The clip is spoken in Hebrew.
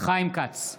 חיים כץ,